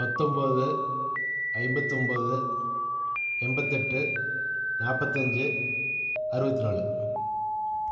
பத்தொம்பது ஐம்பத்தொம்பது எண்பத்தெட்டு நாற்பத்தஞ்சி அறுபத்தி நாலு